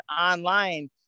online